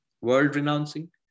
world-renouncing